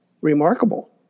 remarkable